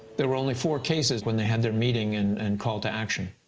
there were only four cases when they had their meeting and, and call to action.